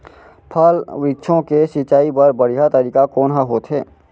फल, वृक्षों के सिंचाई बर बढ़िया तरीका कोन ह होथे?